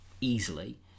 easily